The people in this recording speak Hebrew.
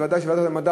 ודאי שוועדת המדע,